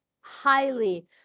highly